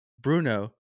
Bruno